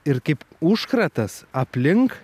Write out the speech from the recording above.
ir kaip užkratas aplink